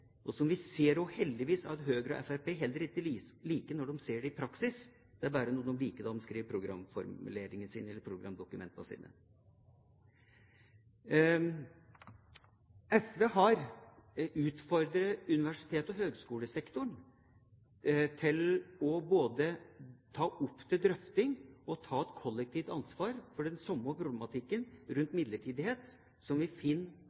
Vi ser jo heldigvis at Høyre og Fremskrittspartiet heller ikke liker den når de ser det i praksis, det er bare noe de liker når de skriver programdokumentene sine. SV har utfordret universitets- og høyskolesektoren til å ta dette opp til drøfting og ta et kollektivt ansvar for den samme problematikken rundt midlertidighet som vi finner